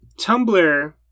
Tumblr